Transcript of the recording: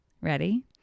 Ready